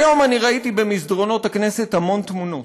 היום ראיתי במסדרונות הכנסת המון תמונות,